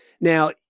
Now